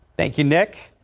thank you neck,